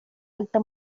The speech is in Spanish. alta